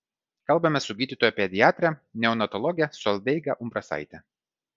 kalbamės su gydytoja pediatre neonatologe solveiga umbrasaite